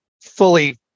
fully